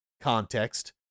context